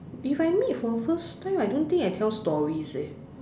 if I meet for first time I don't think I tell stories leh